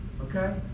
okay